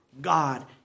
God